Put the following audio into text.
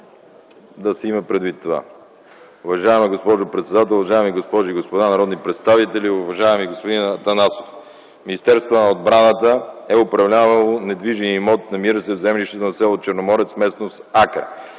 да се има предвид това. Уважаема госпожо председател, уважаеми госпожи и господа народни представители! Уважаеми господин Атанасов, Министерството на отбраната е управлявало недвижим имот, намиращ се в землището на с. Черноморец, местност „Акра”.